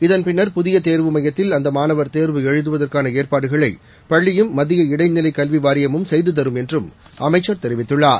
இதன் பின்னா் புதிய தேர்வு மையத்தில் அந்த மாணவா் தேர்வு எழுதுவதற்கான ஏற்பாடுகளை பள்ளியும் மத்திய இடைநிலைக் கல்வி வாரியமும் செய்து தரும் என்றும் அமைச்சர் தெரிவித்துள்ளார்